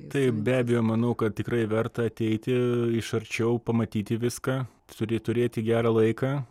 taip be abejo manau kad tikrai verta ateiti iš arčiau pamatyti viską turi turėti gerą laiką